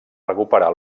recuperar